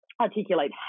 articulate